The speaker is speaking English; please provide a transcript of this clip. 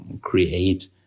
create